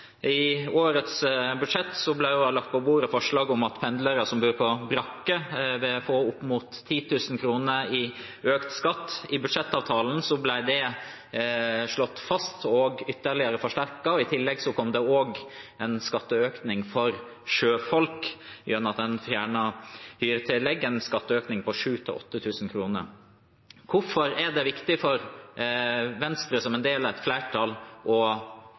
I årets budsjett ble det lagt på bordet forslag om at pendlere som bor på brakke, skal få opp mot 10 000 kr i økt skatt. I budsjettavtalen ble det slått fast og ytterligere forsterket, og i tillegg kom det en skatteøkning for sjøfolk gjennom at en fjernet hyretillegget – en skatteøkning på 7 000–8 000 kr. Hvorfor er det viktig for Venstre, som en del av et flertall, å øke skatten for pendlere slik det er